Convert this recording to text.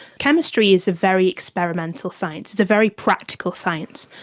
chemistry is a very experimental science, it's a very practical science.